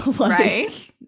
Right